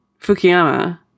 Fukuyama